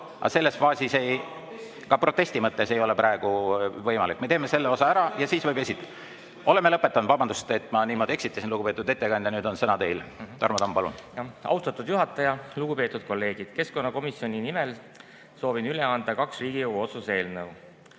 Aga selles faasis ka protesti mõttes ei ole praegu võimalik sekkuda. Me teeme selle osa ära ja siis võib küsimusi esitada. Oleme lõpetanud! Vabandust, et ma teid niimoodi eksitasin, lugupeetud ettekandja. Nüüd on sõna teil. Tarmo Tamm, palun! Austatud juhataja! Lugupeetud kolleegid! Keskkonnakomisjoni nimel soovin üle anda kaks Riigikogu otsuse eelnõu.